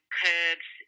curbs